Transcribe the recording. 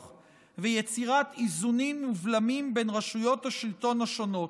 ויצירת איזונים ובלמים בין רשויות השלטון השונות.